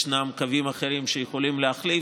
ישנם קווים אחרים שיכולים להחליף.